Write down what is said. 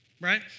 Right